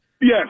Yes